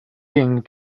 being